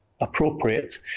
appropriate